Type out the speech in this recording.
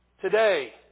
Today